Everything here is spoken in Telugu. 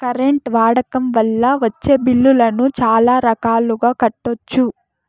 కరెంట్ వాడకం వల్ల వచ్చే బిల్లులను చాలా రకాలుగా కట్టొచ్చు